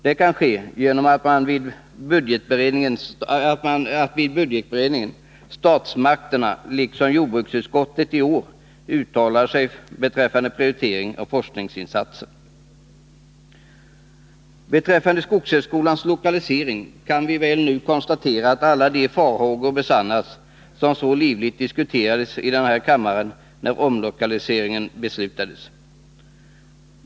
Det kan ske genom att statsmakterna vid budgetberedningen, liksom jordbruksutskottet i år, uttalar sig beträffande prioritering av forskningsinsatser. Beträffande skogshögskolans lokalisering kan vi väl nu konstatera att alla de farhågor har besannats som så livligt diskuterades i den här kammaren när 69 omlokaliseringen beslutades.